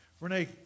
Renee